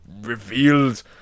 revealed